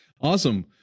Awesome